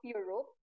Europe